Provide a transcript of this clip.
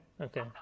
okay